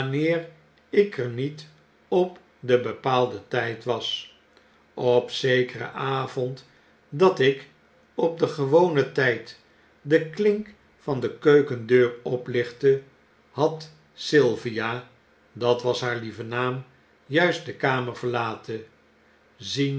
wanneer ik er niet op den bepaalden tyd was op zekeren avond dat ik op den gewonen tijd de klink van de keukendeur oplichtte had sylvia dat was haar lieve naam juist de kamer verlaten ziende